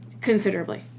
Considerably